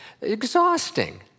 exhausting